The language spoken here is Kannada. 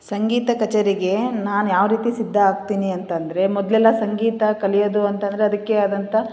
ಸಂಗೀತ ಕಛೇರಿಗೆ ನಾನು ಯಾವ ರೀತಿ ಸಿದ್ಧ ಆಗ್ತೀನಿ ಅಂತಂದರೆ ಮೊದಲೆಲ್ಲ ಸಂಗೀತ ಕಲಿಯೋದು ಅಂತಂದರೆ ಅದಕ್ಕೆ ಆದಂಥ